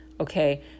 okay